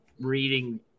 reading